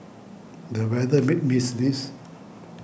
the weather made me sneeze